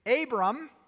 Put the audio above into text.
Abram